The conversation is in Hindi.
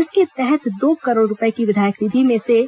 इसके तहत दो करोड़ रूपये की विधायक निधि में से